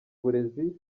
burezi